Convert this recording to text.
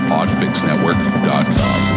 PodFixNetwork.com